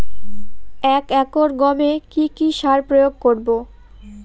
এক একর গমে কি কী সার প্রয়োগ করব?